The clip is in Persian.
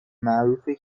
معروفه